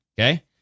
okay